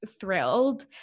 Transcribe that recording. thrilled